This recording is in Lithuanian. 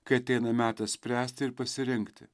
kai ateina metas spręsti ir pasirinkti